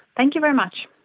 thank you very much.